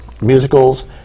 musicals